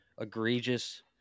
egregious